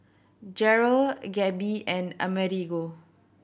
Jerrold Gabe and Amerigo